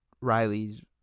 riley's